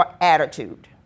attitude